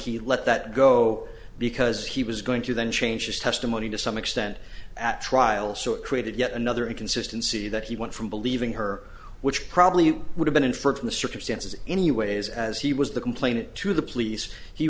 he let that go because he was going to then change his testimony to some extent at trial so it created yet another inconsistency that he went from believing her which probably would have been inferred from the circumstances anyways as he was the complainant to the police he